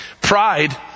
Pride